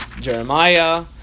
Jeremiah